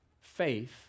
faith